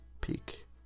Peak